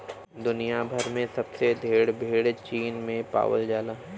दुनिया भर में सबसे ढेर भेड़ चीन में पावल जाला